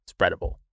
spreadable